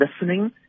listening